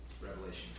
Revelation